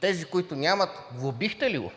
Тези, които нямат, глобихте ли ги?